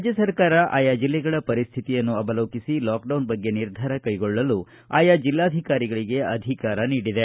ರಾಜ್ಯ ಸರ್ಕಾರ ಆಯಾ ಜಿಲ್ಲೆಗಳ ಪರಿಸ್ವಿತಿಯನ್ನು ಅವಲೋಕಿಸಿ ಲಾಕ್ಡೌನ ಬಗ್ಗೆ ನಿರ್ಧಾರ ಕೈಗೊಳ್ಳಲು ಆಯಾ ಜಿಲ್ಲಾಧಿಕಾರಿಗಳಿಗೆ ಅಧಿಕಾರ ನೀಡಿದೆ